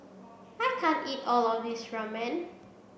I can't eat all of this Ramen